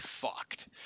fucked